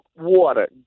water